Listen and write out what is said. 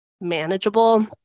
manageable